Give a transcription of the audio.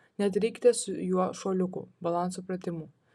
nedarykite su juo šuoliukų balanso pratimų